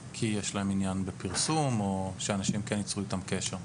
כי יש להם עניין בכך שאנשים יצרו איתם קשר?